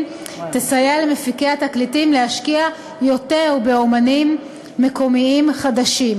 תסייע למפיקי התקליטים להשקיע יותר באמנים מקומיים חדשים,